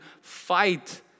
fight